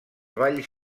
valls